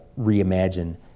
reimagine